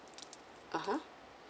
[ahah]